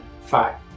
Five